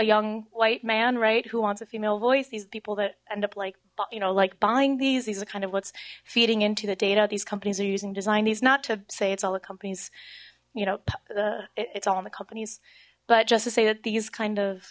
young white man right who wants a female voice these people that end up like you know like buying these these are kind of what's feeding into the data these companies using design ds not to say it's all the companies you know it's all in the companies but just to say that these kind of